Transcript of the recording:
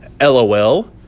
LOL